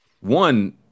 one